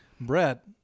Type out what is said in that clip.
Brett